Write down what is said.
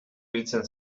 biltzen